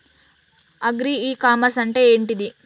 Agri e commerce అంటే ఏంటిది?